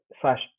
slash